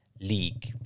league